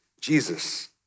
Jesus